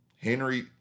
Henry